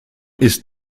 ist